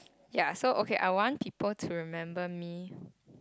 ya so okay I want people to remember me